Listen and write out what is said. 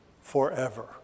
forever